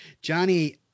Johnny